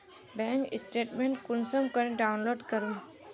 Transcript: Bank statement कुंसम करे download करूम?